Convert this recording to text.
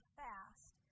fast